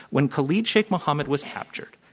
when khalid sheikh mohammed was captured,